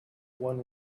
one